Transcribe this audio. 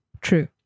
True